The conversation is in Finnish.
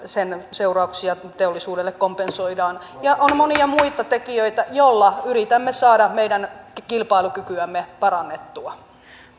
seurauksia teollisuuteen kompensoidaan ja on monia muita tekijöitä joilla yritämme saada meidän kilpailukykyämme parannettua